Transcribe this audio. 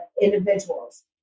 individuals